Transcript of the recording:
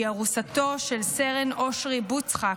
שהיא ארוסתו של סרן אושרי בוצחק,